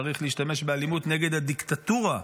צריך להשתמש באלימות נגד הדיקטטורה.